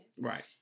Right